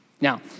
Now